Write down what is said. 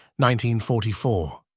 1944